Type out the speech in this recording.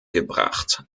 gebracht